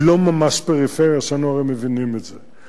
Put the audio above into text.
היא לא ממש פריפריה, ושנינו הרי מבינים את זה.